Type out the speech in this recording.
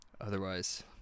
Otherwise